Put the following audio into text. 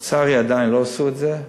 לצערי, עדיין לא עשו את זה.